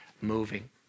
moving